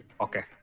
Okay